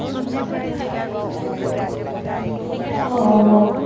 সহমত